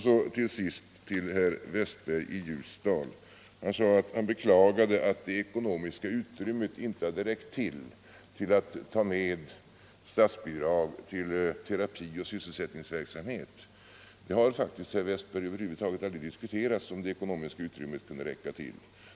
Så till sist några ord till herr Westberg i Ljusdal. Han beklagade att det ekonomiska utrymmet inte hade räckt till för att ta med statsbidrag till terapi och sysselsättningsverksamhet. Det har faktiskt, herr Westberg, över huvud taget aldrig diskuterats om det ekonomiska utrymmet kunde räcka till för detta.